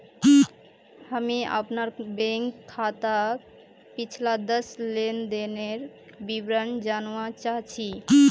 हामी अपनार बैंक खाताक पिछला दस लेनदनेर विवरण जनवा चाह छि